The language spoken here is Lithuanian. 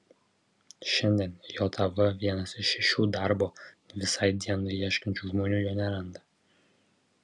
šiandien jav vienas iš šešių darbo visai dienai ieškančių žmonių jo neranda